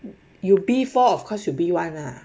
有 B four four of course got B one lah